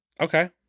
Okay